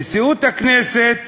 נשיאות הכנסת